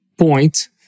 point